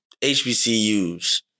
HBCUs